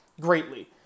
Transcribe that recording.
greatly